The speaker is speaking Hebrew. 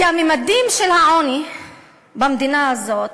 כי הממדים של העוני במדינה הזאת,